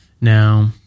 Now